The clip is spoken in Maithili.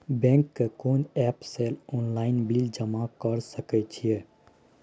बैंक के कोन एप से ऑनलाइन बिल जमा कर सके छिए?